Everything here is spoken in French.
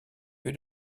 lieu